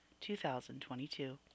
2022